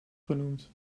genoemd